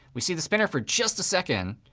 we see the spinner for just a second.